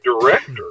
director